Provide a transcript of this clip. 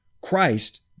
Christ